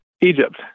Egypt